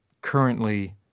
currently